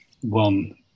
one